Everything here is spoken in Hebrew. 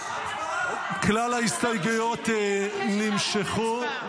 כלל ההסתייגויות נמשכו.